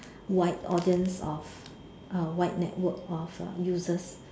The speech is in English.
wide audience of a wide network of users